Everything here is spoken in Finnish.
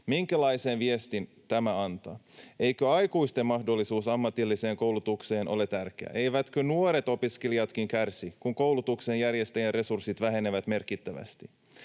Minkälaisen viestin tämä antaa? Eikö aikuisten mahdollisuus ammatilliseen koulutukseen ole tärkeä? Eivätkö nuoret opiskelijatkin kärsi, kun koulutuksen järjestäjän resurssit vähenevät merkittävästi?